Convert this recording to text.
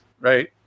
right